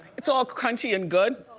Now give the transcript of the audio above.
it's all crunchy and good.